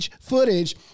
footage